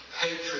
hatred